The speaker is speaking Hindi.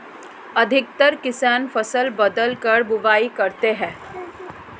अधिकतर किसान फसल बदलकर बुवाई करते है